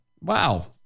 Wow